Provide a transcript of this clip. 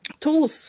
tools